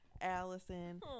Allison